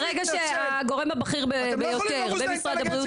ברגע שהגורם הבכיר ביותר במשרד הבריאות